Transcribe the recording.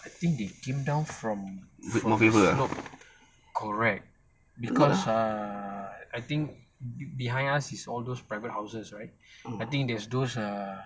I think they came down from from slope correct because err I think behind us is all those private houses right I think there's those err